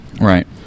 right